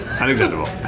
unacceptable